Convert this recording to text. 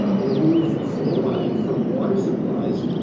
ah remove fluoride from water supplies,